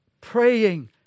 Praying